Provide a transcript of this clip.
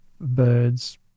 birds